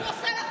נא לסכם.